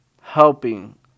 helping